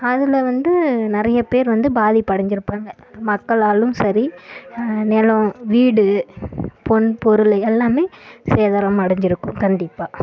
அதில் வந்து நிறைய பேர் வந்து பாதிப்பு அடைஞ்சிருப்பாங்க மக்களாலும் சரி நிலம் வீடு பொன் பொருள் எல்லாமே சேதாரம் அடைஞ்சிருக்கும் கண்டிப்பாக